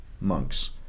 monks